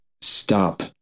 Stop